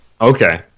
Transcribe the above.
Okay